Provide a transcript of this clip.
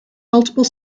multiple